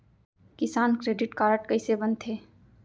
किसान credit card कइसे बनथे?